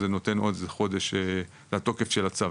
אז זה נותן עוד חודש לתוקף של הצו,